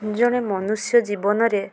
ଜଣେ ମନୁଷ୍ୟ ଜୀବନରେ